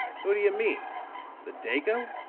who do you mean the dago?